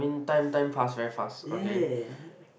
time time pass very fast okay